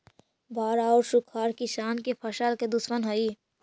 बाढ़ आउ सुखाड़ किसान के फसल के दुश्मन हइ